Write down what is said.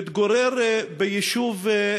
מתגורר ביישוב,